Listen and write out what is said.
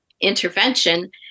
intervention